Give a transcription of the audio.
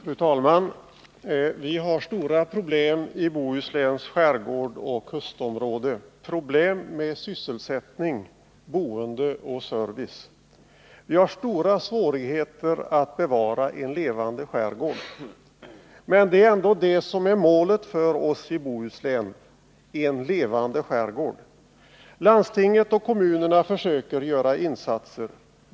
Fru talman! Vi har stora problem i Bohusläns skärgård och kustområde, problem med sysselsättning, boende och service. Vi har stora svårigheter att bevara en levande skärgård. Men det är ändå det som är målet för oss i Bohuslän — en levande skärgård. Landstinget och kommunerna försöker göra insatser.